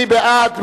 מי בעד?